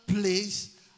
place